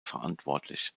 verantwortlich